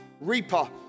reaper